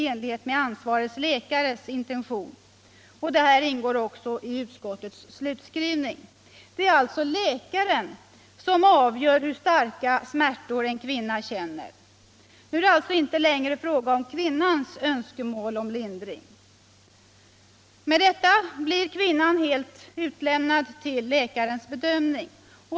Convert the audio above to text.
Det är alltså läkaren som avgör hur starka smärtor en kvinna känner. Nu är det inte längre fråga om kvinnans önskemål om lindring. Med detta blir kvinnan helt utlämnad åt läkarens bedömning.